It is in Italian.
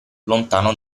lontano